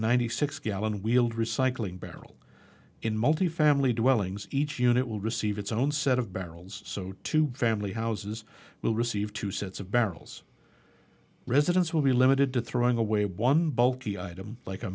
ninety six gallon wheeled recycling barrel in multifamily dwellings each unit will receive its own set of barrels so two family houses will receive two sets of barrels residents will be limited to throwing away one bulky item like a